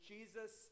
Jesus